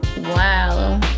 Wow